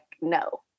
no